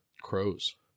Crows